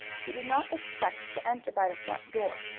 he did not expect to enter by the front door.